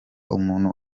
umuntu